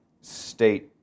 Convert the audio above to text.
state